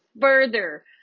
further